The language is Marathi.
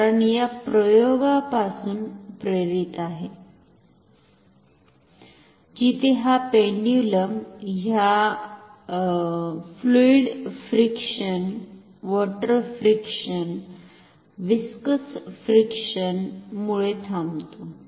कारण हे या प्रयोगापासून प्रेरित आहे जिथे हा पेंड्युलम ह्या fluid friction water friction viscous friction मुळे थांबतो